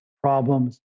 problems